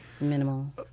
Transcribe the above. minimal